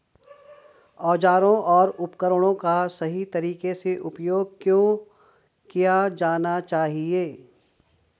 औजारों और उपकरणों का सही तरीके से उपयोग क्यों किया जाना चाहिए?